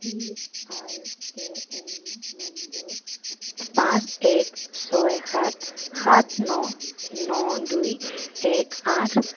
P R A N number পাঁচ এক ছয় সাত সাত ন ন দুই এক আঠ